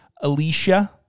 Alicia